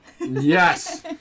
Yes